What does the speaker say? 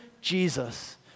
Jesus